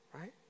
right